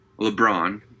LeBron